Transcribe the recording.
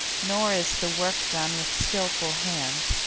nor is the work done with skilful hands,